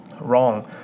wrong